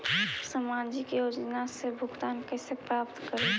सामाजिक योजना से भुगतान कैसे प्राप्त करी?